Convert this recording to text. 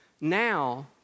now